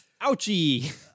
ouchie